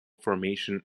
formation